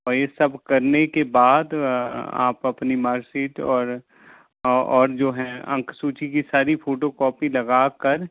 और ये सब करने के बाद आप अपनी मार्कशीट और और जो है अंक सूची की सारी फ़ोटोकॉपी लगा कर